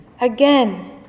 again